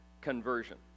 conversion